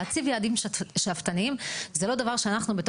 להציב יעדים שאפתניים זה לא דבר שאנחנו,